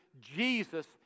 Jesus